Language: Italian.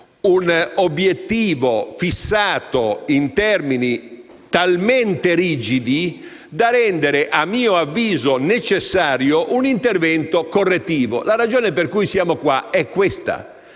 Un obiettivo fissato in termini talmente rigidi da rendere, a mio avviso, necessario un intervento correttivo. La ragione per cui siamo qui è questa: